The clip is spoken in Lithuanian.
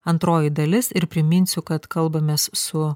antroji dalis ir priminsiu kad kalbamės su